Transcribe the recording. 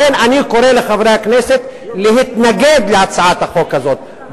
לכן אני קורא לחברי הכנסת להתנגד להצעת החוק הזאת,